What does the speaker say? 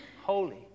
holy